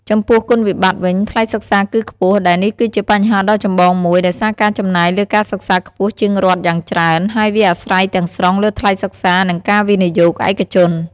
ចំពោះគុណវិបត្តិវិញ ថ្លៃសិក្សាគឺខ្ពស់ ដែលនេះគឺជាបញ្ហាដ៏ចម្បងមួយ ដោយសារការចំណាយលើការសិក្សាខ្ពស់ជាងរដ្ឋយ៉ាងច្រើន ហើយវាអាស្រ័យទាំងស្រុងលើថ្លៃសិក្សានិងការវិនិយោគឯកជន។